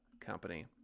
company